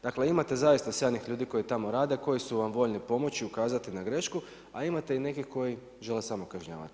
Dakle, imate zaista sjajnih ljudi koji tamo rade, koji su vam voljni pomoći i ukazati na grešku, a imate i nekih koji žele samo kažnjavati.